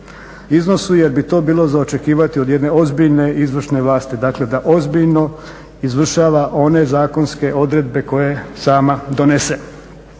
iznosu jer bi to bilo za očekivati od jedne ozbiljne izvršne vlasti, dakle da ozbiljno izvršava one zakonske odredbe koje sama donese.